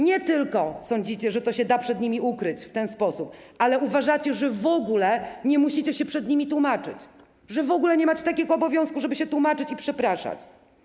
Nie tylko sądzicie, że da się to przed nimi ukryć w ten sposób, ale też uważacie, że w ogóle nie musicie się przed nimi tłumaczyć, że w ogóle nie macie takich obowiązków, żeby się tłumaczyć i przepraszać.